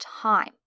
time